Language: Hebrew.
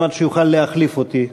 על מנת שיוכל להחליף אותי.